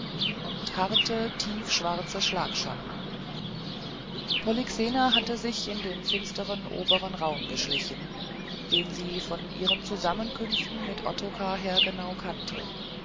und harte tiefschwarze schlagschatten polyxena hatte sich in den finsteren oberen raum geschlichen den sie von ihren zusammenkünften mit ottokar her genau kannte